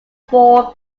four